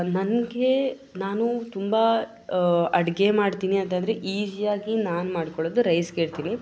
ನನಗೆ ನಾನು ತುಂಬ ಅಡುಗೆ ಮಾಡ್ತೀನಿ ಅಂತಂದರೆ ಈಝಿಯಾಗಿ ನಾನು ಮಾಡ್ಕೊಳ್ಳೋದು ರೈಸಿಗೆ ಇಡ್ತೀನಿ